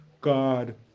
God